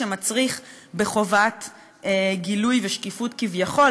שמצריך חובת גילוי ושקיפות-כביכול,